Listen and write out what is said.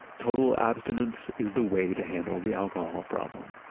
total abstinence is the way to handle the alcohol problem.